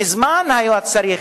מזמן היה צריך.